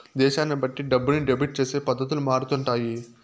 దేశాన్ని బట్టి డబ్బుని డెబిట్ చేసే పద్ధతులు మారుతుంటాయి